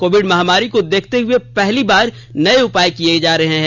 Covid महामारी को देखते हुए पहली बार नए उपाय किये जा रहे हैं